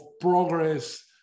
progress